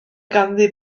ganddi